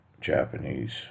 Japanese